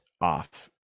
off